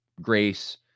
grace